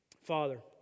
Father